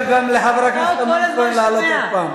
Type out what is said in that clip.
אנחנו נאפשר גם לחבר הכנסת אמנון כהן לעלות עוד פעם.